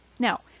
Now